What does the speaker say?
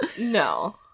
No